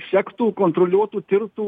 sektų kontroliuotų tirtų